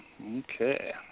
Okay